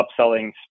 upselling